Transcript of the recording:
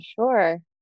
Sure